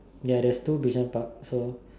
yes there's two be sign part so